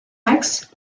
axe